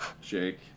Jake